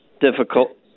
difficult